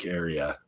area